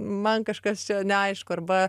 man kažkas čia neaišku arba